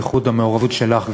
בייחוד המעורבות שלך,